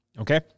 okay